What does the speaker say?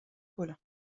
paulin